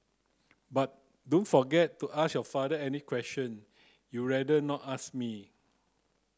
but don't forget to ask your father any question you rather not ask me